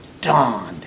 dawned